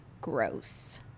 gross